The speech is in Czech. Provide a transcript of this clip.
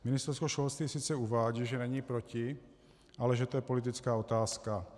Ministerstvo školství sice uvádí, že není proti, ale že to je politická otázka.